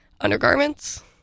undergarments